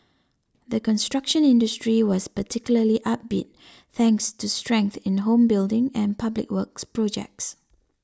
the construction industry was particularly upbeat thanks to strength in home building and public works projects